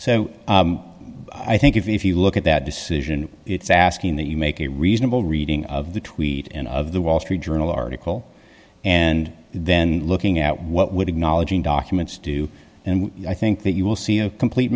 so i think if you look at that decision it's asking that you make a reasonable reading of the tweet and of the wall street journal article and then looking at what would acknowledge in documents do and i think that you will see a complete